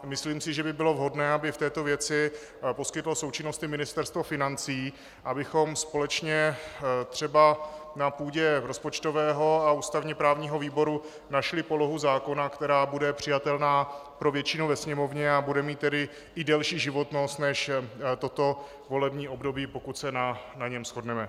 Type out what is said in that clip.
Myslím si, že by bylo vhodné, aby v této věci poskytlo součinnosti i Ministerstvo financí, abychom společně třeba na půdě rozpočtového a ústavněprávního výboru našli polohu zákona, která bude přijatelná pro většinu ve Sněmovně a bude mít tedy i delší životnost než toto volební období, pokud se na něm shodneme.